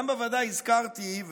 גם בוועדה הזכרתי,